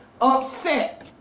upset